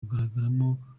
kugaragaramo